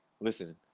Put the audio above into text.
listen